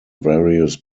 various